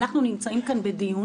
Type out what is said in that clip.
אנחנו נמצאים כאן בדיון,